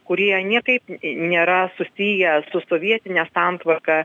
kurie niekaip nėra susiję su sovietine santvarka